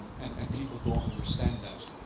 and and people don't understand that.